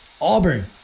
Auburn